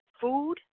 food